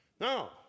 Now